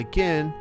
Again